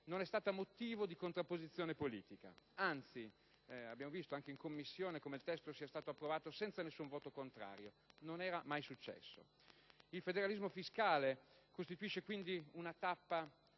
non è stata motivo di contrapposizione politica. Anzi, in Commissione, il testo è stato approvato senza alcun voto contrario. Non era mai successo. Il federalismo fiscale costituisce quindi una tappa